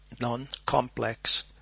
non-complex